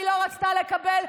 והיא לא רצתה לקבל,